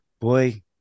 boy